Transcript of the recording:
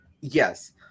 yes